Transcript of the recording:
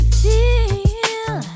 feel